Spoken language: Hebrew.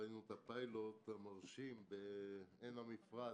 ראינו את הפיילוט המרשים בעין המפרץ.